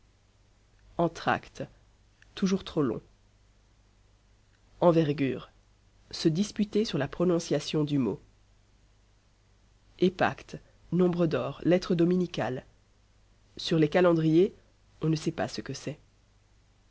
entracte toujours trop long envergure se disputer sur la prononciation du mot épacte nombre d'or lettre dominicale sur les calendriers on ne sait pas ce que c'est